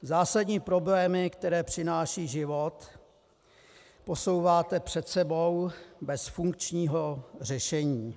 Zásadní problémy, které přináší život, posouváte před sebou bez funkčního řešení.